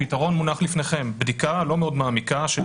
הפתרון מונח לפניכם בדיקה לא מאוד מעמיקה של